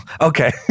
okay